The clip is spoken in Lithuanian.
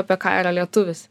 apie ką yra lietuvis